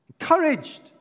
Encouraged